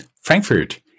Frankfurt